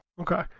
Okay